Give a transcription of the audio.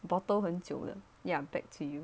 bottle 很久了 ya back to you